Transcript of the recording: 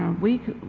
we,